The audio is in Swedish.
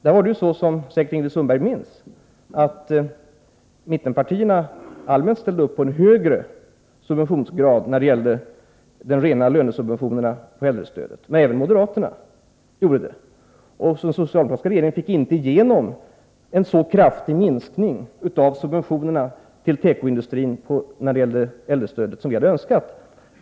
Som Ingrid Sundberg säkert minns ställde då mittenpartierna i allmänhet upp på en högre subventionsgrad när det gällde de rena lönesubventionerna och äldrestödet, men även moderaterna gjorde det. Den socialdemokratiska regeringen fick inte igenom en så kraftig minskning av subventionerna till tekoindustrin — äldrestödet — som vi hade önskat.